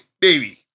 baby